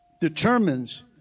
determines